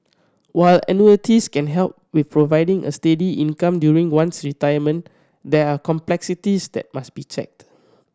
while annuities can help with providing a steady income during one's retirement there are complexities that must be checked